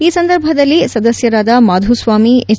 ಈ ಸಂದರ್ಭದಲ್ಲಿ ಸದಸ್ಯರಾದ ಮಾಧುಸ್ವಾಮಿ ಎಚ್